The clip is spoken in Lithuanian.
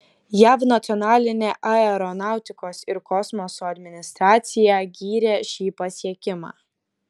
jav nacionalinė aeronautikos ir kosmoso administracija gyrė šį pasiekimą